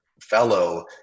fellow